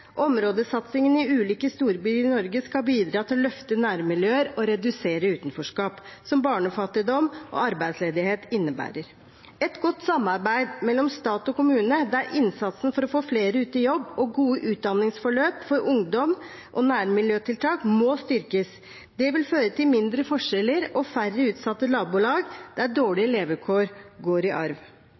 Områdesatsingen i ulike storbyer i Norge skal bidra til å løfte nærmiljøer og redusere utenforskap, som barnefattigdom og arbeidsledighet innebærer. Et godt samarbeid mellom stat og kommune, der innsatsen for å få flere ut i jobb og gode utdanningsforløp for ungdom og nærmiljøtiltak, må styrkes. Det vil føre til mindre forskjeller og færre utsatte nabolag der dårlige levekår går i arv.